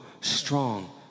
strong